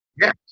Yes